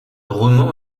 roman